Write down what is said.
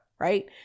right